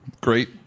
great